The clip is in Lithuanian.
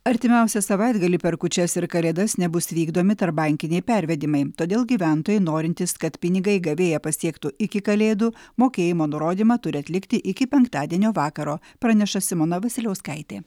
artimiausią savaitgalį per kūčias ir kalėdas nebus vykdomi tarpbankiniai pervedimai todėl gyventojai norintys kad pinigai gavėją pasiektų iki kalėdų mokėjimo nurodymą turi atlikti iki penktadienio vakaro praneša simona vasiliauskaitė